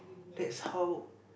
that's how